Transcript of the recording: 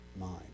mind